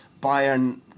Bayern